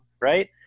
right